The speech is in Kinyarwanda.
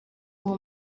uwo